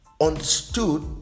understood